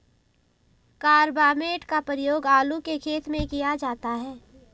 carbamate का प्रयोग आलू के खेत में किया जाता है